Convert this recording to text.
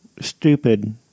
stupid